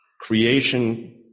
creation